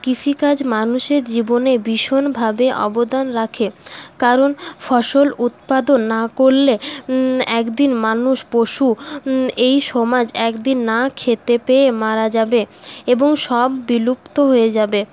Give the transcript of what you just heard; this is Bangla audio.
কৃষিকাজ মানুষের জীবনে ভীষণভাবে অবদান রাখে কারণ ফসল উৎপাদন না করলে একদিন মানুষ পশু এই সমাজ একদিন না খেতে পেয়ে মারা যাবে এবং সব বিলুপ্ত হয়ে যাবে